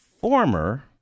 former